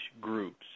Groups